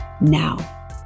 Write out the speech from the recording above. now